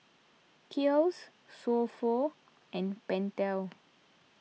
Kiehl's So Pho and Pentel